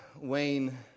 Wayne